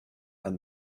and